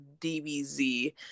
DBZ